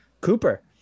Cooper